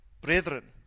brethren